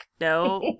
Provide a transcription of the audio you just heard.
No